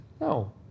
No